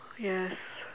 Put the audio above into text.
yes